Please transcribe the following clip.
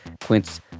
Quince